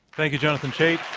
thank you, jonathan chait.